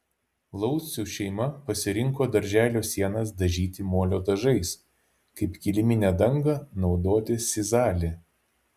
laucių šeima pasirinko darželio sienas dažyti molio dažais kaip kiliminę dangą naudoti sizalį